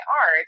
art